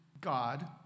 God